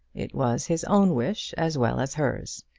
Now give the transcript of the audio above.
it was his own wish as well as hers.